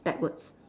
backwards